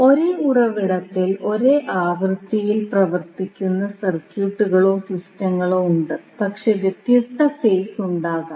ഒരേ ഉറവിടത്തിൽ ഒരേ ആവൃത്തിയിൽ പ്രവർത്തിക്കുന്ന സർക്യൂട്ടുകളോ സിസ്റ്റങ്ങളോ ഉണ്ട് പക്ഷേ വ്യത്യസ്ത ഫേസ് ഉണ്ടാകാം